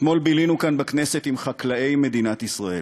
אתמול בילינו כאן בכנסת עם חקלאי מדינת ישראל,